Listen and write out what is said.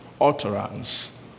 utterance